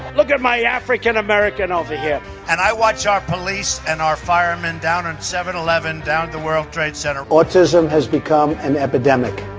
look at my african-american over here. and i watch our police and our firemen down on seven eleven, down the world trade center. autism has become an epidemic.